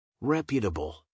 reputable